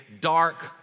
dark